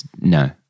no